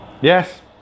Yes